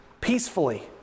peacefully